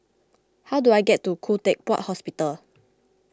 how do I get to Khoo Teck Puat Hospital